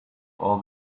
all